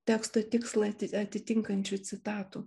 teksto tikslą atitinkančių citatų